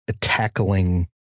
tackling